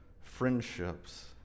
friendships